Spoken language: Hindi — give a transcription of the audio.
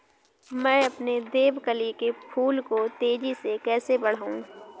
मैं अपने देवकली के फूल को तेजी से कैसे बढाऊं?